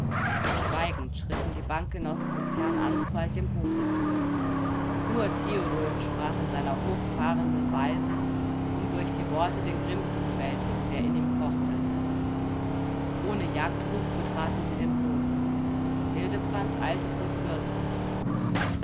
schweigend schritten die bankgenossen des herrn answald dem hofe zu nur theodulf sprach in seiner hochfahrenden weise um durch die worte den grimm zu bewältigen der in ihm kochte ohne jagdruf betraten sie den hof hildebrand eilte zum fürsten